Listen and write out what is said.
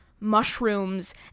Mushrooms